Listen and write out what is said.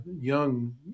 young